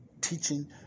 teaching